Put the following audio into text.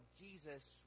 Jesus